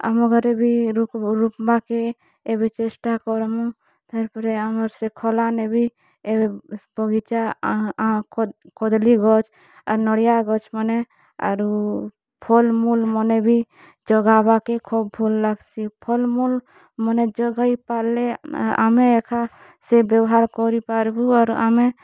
ଆମର ଘରେ ବି ଋପ୍ବାର୍ କେ ଏବେ ଚେଷ୍ଟା କର୍ମୁ ତା'ର୍ପରେ ଆମର୍ ସେ ଖଲା'ନେ ବି ଏବେ ବଗିଚା କଦ୍ଳୀ ଗଛ୍ ଆର୍ ନଡ଼ିଆ ଗଛ୍ମାନେ ଆର୍ ଫଲ୍ମୂଲ୍ ମାନେ ବି ଜଗାବାର୍ କେ ଖୋବ୍ ଭଲ୍ ଲାଗ୍ସି ଫଲ୍ମୂଲ୍ ମାନେ ଜଗେଇ ପାର୍ଲେ ଆମେ ଏକା ସେ ବ୍ୟବହାର୍ କରିପାର୍ମୁ ଆରୁ ଆମେ